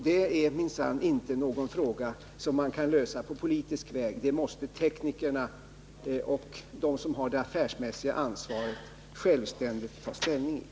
Det är minsann inte någon fråga man kan lösa på politisk väg. Den frågan måste teknikerna och de som har det affärsmässiga ansvaret självständigt ta ställning till.